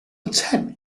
attempt